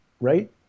right